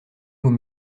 mots